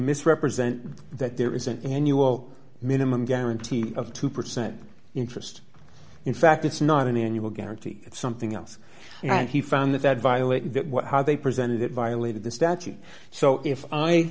misrepresent that there is an annual minimum guarantee of two percent interest in fact it's not an annual guarantee it's something else and he found that that violated how they presented it violated the statute so if i